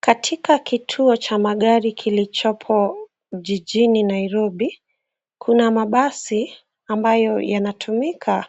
Katika kituo cha magari kilichopo jijini Nairobi kuna mabasi ambayo yanatumika